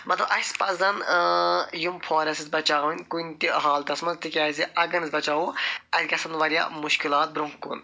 مَطلَب اَسہِ پَزَن یِم فارٮ۪سٹٕس بچاوٕنۍ کُنہِ تہِ حالتَس مَنٛز تکیازِ اگر نہٕ أسۍ بچاوو اسہِ گَژھَن واریاہ مُشکِلات برٛونٛہہ کُن